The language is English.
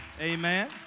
Amen